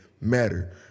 matter